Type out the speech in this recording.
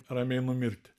ramiai numirti